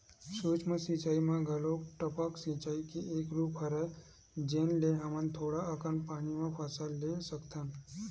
सूक्ष्म सिचई म घलोक टपक सिचई के एक रूप हरय जेन ले हमन थोड़ा अकन पानी म फसल ले सकथन